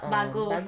bagus